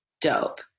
Dope